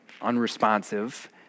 unresponsive